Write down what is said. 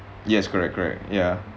yes correct correct ya